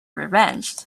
revenged